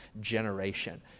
generation